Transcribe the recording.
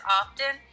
often